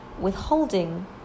withholding